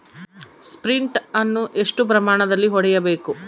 Sprint ಅನ್ನು ಎಷ್ಟು ಪ್ರಮಾಣದಲ್ಲಿ ಹೊಡೆಯಬೇಕು?